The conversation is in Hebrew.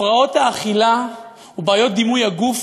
הפרעות אכילה ובעיות דימוי גוף,